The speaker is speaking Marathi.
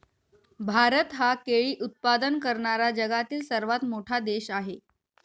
भारत हा केळी उत्पादन करणारा जगातील सर्वात मोठा देश आहे